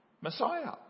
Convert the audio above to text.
Messiah